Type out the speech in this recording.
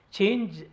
Change